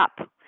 up